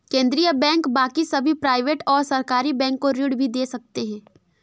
केन्द्रीय बैंक बाकी सभी प्राइवेट और सरकारी बैंक को ऋण भी दे सकते हैं